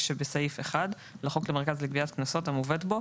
שבסעיף 1 לחוק המרכז לגביית קנסות המובאת בו,